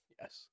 Yes